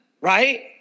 right